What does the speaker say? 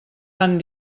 han